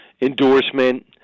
endorsement